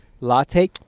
latte